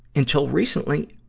until recently,